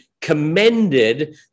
commended